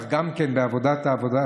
גם בוועדת העבודה,